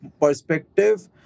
perspective